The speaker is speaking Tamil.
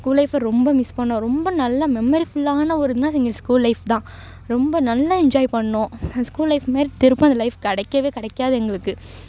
ஸ்கூல் லைஃபை ரொம்ப மிஸ் பண்ணோம் ரொம்ப நல்ல மெமரி ஃபுல்லான ஒரு என்ன ஸ்கூல் லைஃப் தான் ரொம்ப நல்லா என்ஜாய் பண்ணோம் எங்கள் ஸ்கூல் லைஃப் மாரி திரும்ப அந்த லைஃப் கிடைக்கவே கிடைக்காது எங்களுக்கு